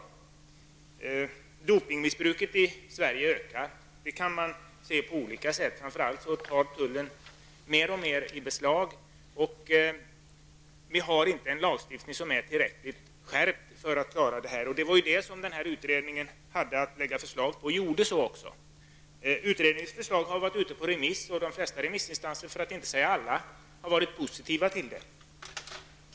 Missbruket av doping i Sverige ökar. Det går att se på olika sätt; framför allt tar tullen mer och mer i beslag. Vi har nu inte en lagstiftning som är tillräckligt skärpt för att klara denna situation. Utredningen hade i uppdrag att lägga förslag om detta, och gjorde också så. Utredningens förslag har varit ute på remiss, och de flesta, för att inte säga alla, remissinstanser har varit positiva till förslaget.